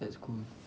that's cool